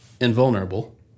invulnerable